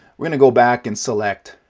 we're going to go back and select